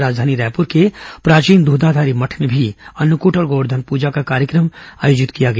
राजधानी रायपुर के प्राचीन दूधाधारी मठ में भी अन्नकूट और गोवर्धन पूजा का कार्यक्रम आयोजित किया गया